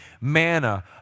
manna